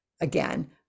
again